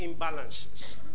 imbalances